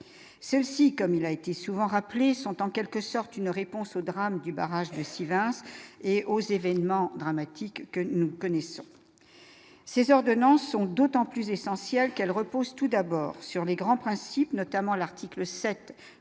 celle-ci comme il a été souvent rappelé sont en quelque sorte une réponse au drame du barrage de Sylvain et aux événements dramatiques que nous connaissons ces ordonnances sont d'autant plus essentiel qu'elle repose tout d'abord sur les grands principes, notamment l'article 7